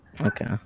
Okay